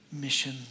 mission